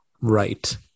right